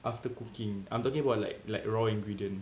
after cooking I'm talking about like like raw ingredient